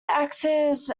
axes